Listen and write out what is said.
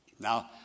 Now